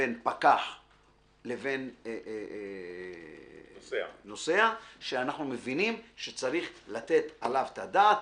שבין פקח לבין נוסע שאנחנו מבינים שצריך לתת עליו את הדעת,